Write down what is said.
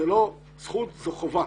זו לא זכות, זו חובה.